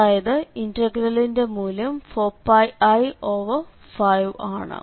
അതായത് ഇന്റഗ്രലിന്റെ മൂല്യം 4πi5 ആണ്